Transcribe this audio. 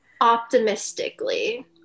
optimistically